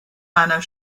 meiner